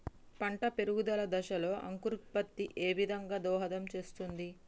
పంట పెరుగుదల దశలో అంకురోత్ఫత్తి ఏ విధంగా దోహదం చేస్తుంది?